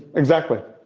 exactly,